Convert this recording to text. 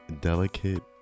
delicate